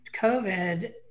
COVID